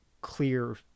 clear